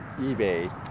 eBay